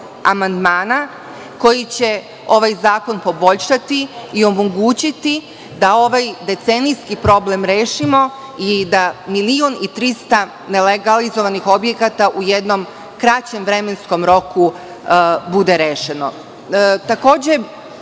amandmana koji će ovaj zakon poboljšati i omogućiti da ovaj decenijski problem rešimo i da 1.300.000 nelegalizovanih objekata u jednom kraćem vremenskom roku bude rešeno. Takođe,